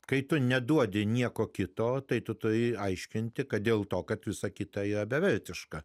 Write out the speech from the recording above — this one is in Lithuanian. kai tu neduodi nieko kito tai tu tai aiškinti kad dėl to kad visa kita jau beviltiška